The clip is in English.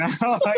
now